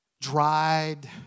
dried